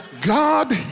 God